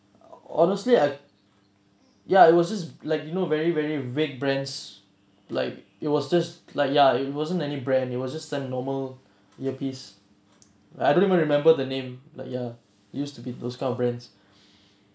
honestly I ya it was just like you know very very red brands like it was just like ya it wasn't any brand it was just like normal earpiece I don't even remember the name but ya used to be those kind of brands